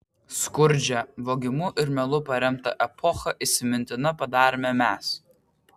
skurdžią vogimu ir melu paremtą epochą įsimintina padarėme mes